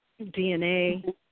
DNA